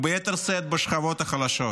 וביתר שאת בשכבות החלשות.